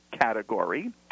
category